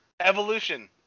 Evolution